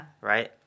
Right